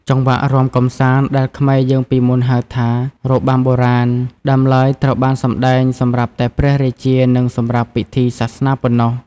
ចង្វាក់រាំកម្សាន្តដែលខ្មែរយើងពីមុនហៅថា របាំបុរាណ ដើមឡើយត្រូវបានសម្តែងសម្រាប់តែព្រះរាជា និងសម្រាប់ពិធីសាសនាប៉ុណ្ណោះ។